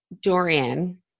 Dorian